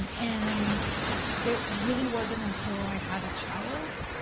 and it really wasn't until i had a child